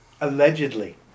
allegedly